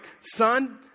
son